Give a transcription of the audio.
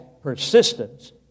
Persistence